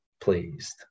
pleased